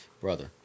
brother